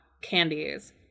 candies